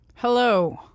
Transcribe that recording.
Hello